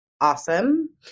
awesome